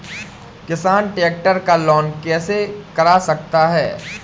किसान ट्रैक्टर का लोन कैसे करा सकता है?